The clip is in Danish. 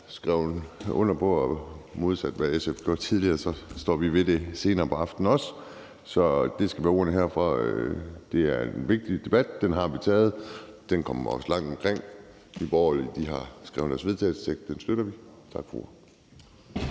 skrevet under på, og modsat hvad SF har gjort tidligere, står vi også ved det senere på aftenen. Så det skal være ordene herfra. Det er en vigtig debat; den har vi taget, og den kom også vidt omkring. Vi støtter den skrevne vedtagelsestekst. Tak for